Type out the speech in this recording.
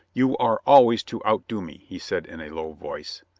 you are always to outdo me, he said in a low voice.